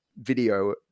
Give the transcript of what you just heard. video